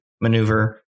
maneuver